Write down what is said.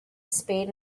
spade